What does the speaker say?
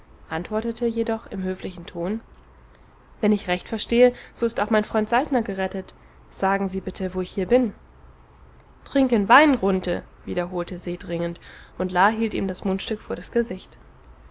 antwortete jedoch in höflichem ton wenn ich recht verstehe so ist auch mein freund saltner gerettet sagen sie bitte wo ich hier bin trinken wein grunthe wiederholte se dringend und la hielt ihm das mundstück vor das gesicht